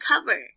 cover